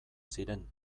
ziren